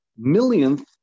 millionth